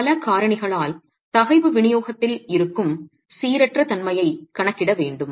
எனவே பல காரணிகளால் தகைவு விநியோகத்தில் இருக்கும் சீரற்ற தன்மையைக் கணக்கிட வேண்டும்